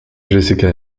jessica